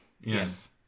Yes